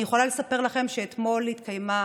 אני יכולה לספר לכם שאתמול התקיימה